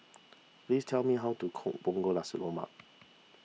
please tell me how to cook Punggol Nasi Lemak